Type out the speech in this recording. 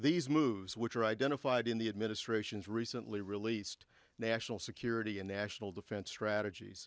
these moves which are identified in the administration's recently released national security and national defense strategies